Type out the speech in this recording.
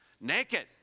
naked